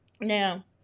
Now